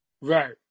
Right